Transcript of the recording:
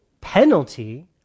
penalty